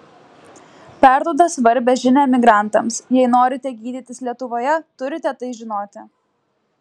perduoda svarbią žinią emigrantams jei norite gydytis lietuvoje turite tai žinoti